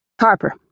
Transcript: Harper